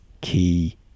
key